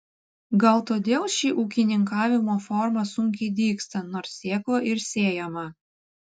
gal todėl ši ūkininkavimo forma sunkiai dygsta nors sėkla ir sėjama